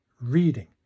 reading